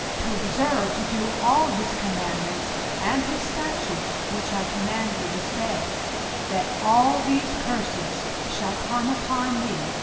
to observe to do all his commandments and his statutes which i command thee this day that all these curses shall come upon thee,